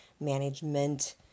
management